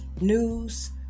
news